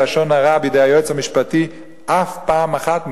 לשון הרע בידי היועץ המשפטי אף לא פעם אחת,